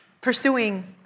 pursuing